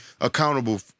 accountable